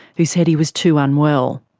who said he was too unwell.